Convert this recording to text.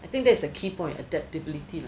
I think that's a key point adaptability